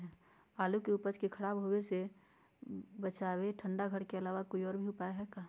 आलू के उपज के खराब होवे से बचाबे ठंडा घर के अलावा कोई और भी उपाय है का?